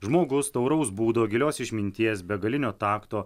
žmogus tauraus būdo gilios išminties begalinio takto